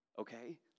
Okay